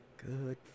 Good